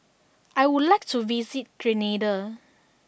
I would like to visit Grenada